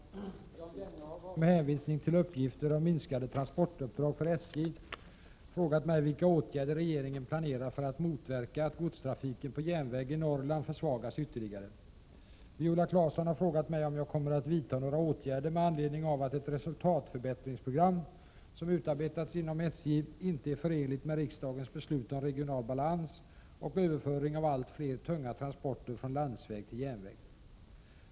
Fru talman! Jan Jennehag har med hänvisning till uppgifter om minskade transportuppdrag för SJ frågat mig vilka åtgärder regeringen planerar för att motverka att godstrafiken på järnväg i Norrland försvagas ytterligare. Viola Claesson har frågat mig om jag kommer att vidta några åtgärder med anledning av att ett resultatförbättringsprogram som utarbetats inom SJ inte är förenligt med riksdagens beslut om regional balans och överföring av allt fler tunga transporter från landsväg till järnväg.